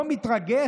לא מתרגש.